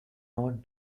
not